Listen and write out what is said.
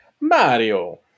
Mario